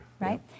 Right